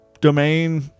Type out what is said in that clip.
Domain